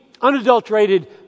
unadulterated